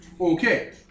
Okay